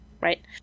right